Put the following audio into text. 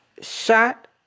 shot